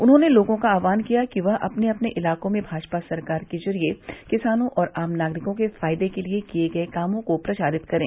उन्होंने लोगों का आह्वान किया कि वह अपने अपने इलाकों में भाजपा सरकार के ज़रिये किसानों और आम नागरिकों के फ़ायदे के लिए किये गये कामों को प्रचारित करें